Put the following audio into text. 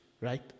right